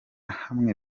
hamwe